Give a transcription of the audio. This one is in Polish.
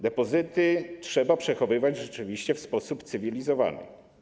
Depozyty trzeba przechowywać rzeczywiście w sposób cywilizowany.